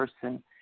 person